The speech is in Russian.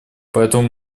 поэтому